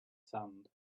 sand